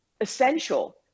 essential